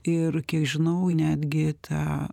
ir kiek žinau netgi tą